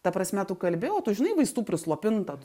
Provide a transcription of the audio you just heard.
ta prasme tu kalbi o tu žinai vaistų prislopintą